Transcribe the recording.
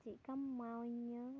ᱪᱮᱫᱠᱟᱢ ᱮᱢᱟᱣᱟᱹᱧᱟᱹ ᱞᱟᱹᱭ ᱢᱮ